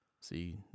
See